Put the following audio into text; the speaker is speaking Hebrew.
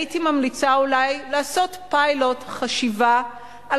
הייתי ממליצה אולי לעשות פיילוט חשיבה על